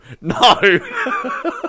no